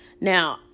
Now